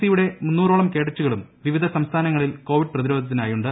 C യുടെ മുന്നൂറോളം കേഡറ്റുകളും വിവിധ സംസ്ഥാനങ്ങളിൽ കോവിഡ് പ്രതിരോധത്തിനായുണ്ട്